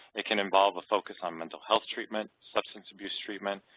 it can involve a focus on mental health treatment, substance abuse treatment,